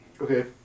Okay